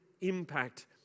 impact